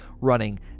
running